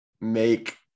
make